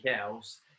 else